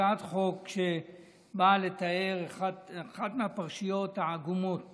הצעת חוק שבאה לתאר את אחת הפרשיות העגומות